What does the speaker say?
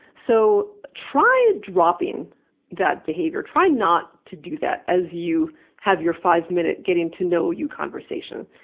so try dropping that behavior. try not to do that as you have your five-minute getting to know you conversation,